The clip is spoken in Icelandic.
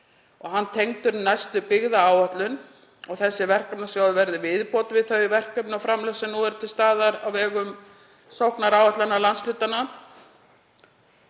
hann tengdur við næstu byggðaáætlun. Þessi verkefnasjóður verður viðbót við þau verkefni og framlög sem nú eru til staðar á vegum sóknaráætlana landshlutanna.